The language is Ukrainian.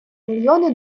мільйони